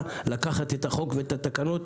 לקחת את החוק ואת התקנות,